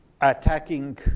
attacking